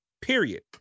Period